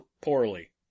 poorly